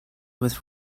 with